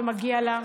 ומגיע לה.